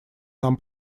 нам